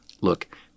look